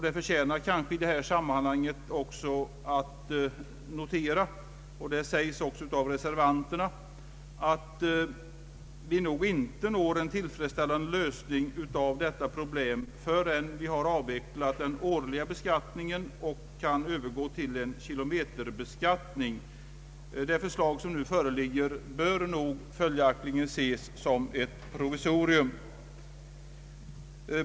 Det förtjänar i det här sammanhanget att noteras — och det sägs också av reservanterna — att vi nog inte når en tillfredsställande lösning av detta problem, förrän vi har avvecklat den årliga beskattningen och kan övergå till kilometerbeskattning. Det förslag som nu föreligger bör följaktligen ses som ett provisorium.